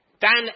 Dan